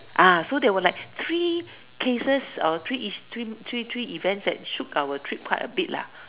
ah so there were like three cases or three iss~ three three three events that shook our trip quite a bit lah